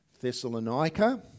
Thessalonica